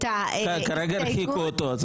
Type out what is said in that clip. כרגע הרחיקו אותו.